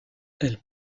elle